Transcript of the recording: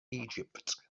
egypt